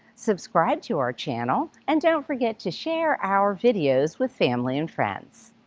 subscribe to our channel, and don't forget to share our videos with family and friends.